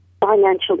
financial